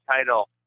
title